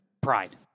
Pride